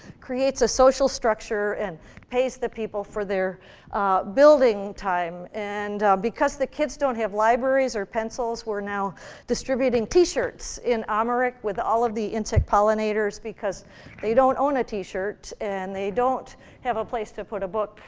creates a social structure and pays the people for their building time. and because the kids don't have libraries or pencils, we're now distributing t-shirts, in amharic, with all of the insect pollinators because they don't own a t-shirt, and they don't have a place to put a book,